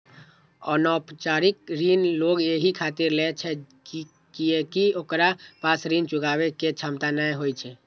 अनौपचारिक ऋण लोग एहि खातिर लै छै कियैकि ओकरा पास ऋण चुकाबै के क्षमता नै होइ छै